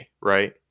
right